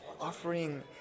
offering